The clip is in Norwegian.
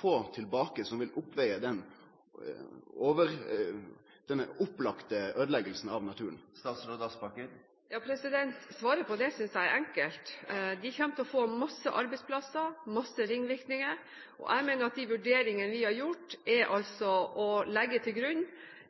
få tilbake som vil vege opp for denne opplagde øydelegginga av naturen? Svaret på det synes jeg er enkelt. De kommer til å få masse arbeidsplasser – masse ringvirkninger. I de vurderingene vi har gjort, har vi lagt til grunn